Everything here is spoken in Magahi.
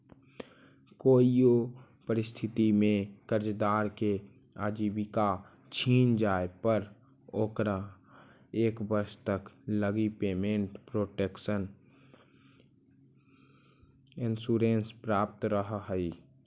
कोइयो परिस्थिति में कर्जदार के आजीविका छिन जाए पर ओकरा एक वर्ष तक लगी पेमेंट प्रोटक्शन इंश्योरेंस प्राप्त रहऽ हइ